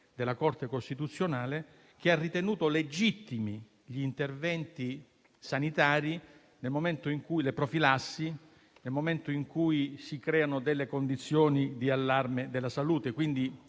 della Corte costituzionale, che ha ritenuto legittimi gli interventi sanitari e le profilassi, nel momento in cui si creano condizioni di allarme per la salute.